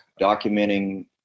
documenting